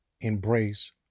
embrace